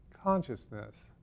consciousness